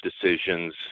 decisions